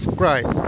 great